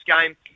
game